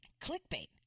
clickbait